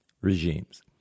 regimes